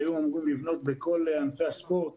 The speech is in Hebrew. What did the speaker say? שהיו אמורים לבנות בכל ענפי הספורט